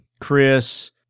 Chris